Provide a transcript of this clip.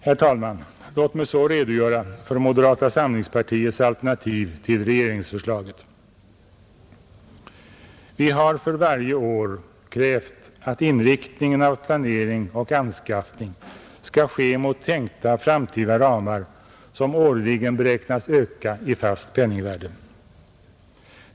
Herr talman! Låt mig så redogöra för moderata samlingspartiets alternativ till regeringsförslaget. Vi har för varje år krävt att inriktningen av planering och anskaffning skall ske mot tänkta framtida ramar, som årligen beräknas öka i fast penningvärde.